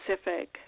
specific